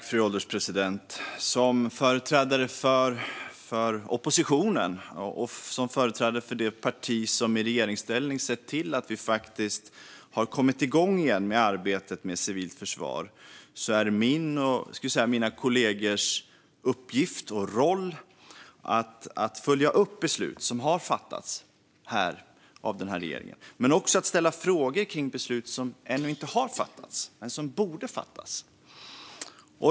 Fru ålderspresident! Som företrädare för oppositionen och för det parti som i regeringsställning har sett till att vi åter har kommit igång med arbetet med civilt försvar är det min och mina kollegors uppgift och roll att följa upp beslut som har fattats av regeringen men också ställa frågor om beslut som ännu inte har fattats men som borde fattas.